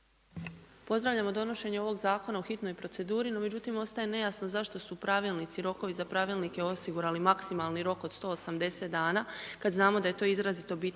Pozdravljamo donošenje ovog zakona u hitnoj proceduri, no međutim ostaje nejasno zašto su pravilnici i rokovi za pravilnike osigurali maksimalni rok od 180 dana kad znamo da je to izrazito bitna